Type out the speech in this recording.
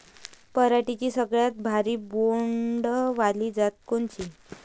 पराटीची सगळ्यात भारी बोंड वाली जात कोनची?